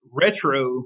retro